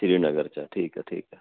ਸ਼੍ਰੀਨਗਰ 'ਚ ਠੀਕ ਹੈ ਠੀਕ ਹੈ